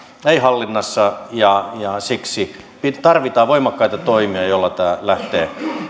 ole hallinnassa ja siksi tarvitaan voimakkaita toimia joilla tämä lähtee